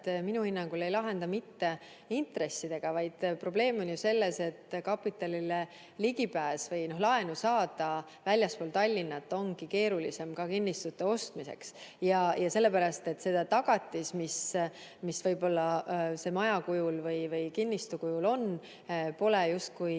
minu hinnangul ei lahenda mitte intressidega, vaid probleem on ju selles, et kapitalile ligipääs on keerulisem või laenu saada väljaspool Tallinna ongi keerulisem ka kinnistute ostmiseks. Sellepärast, et see tagatis, mis võib-olla maja kujul või kinnistu kujul on, pole justkui